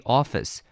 office